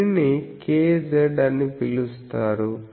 దీనిని kz అని పిలుస్తారు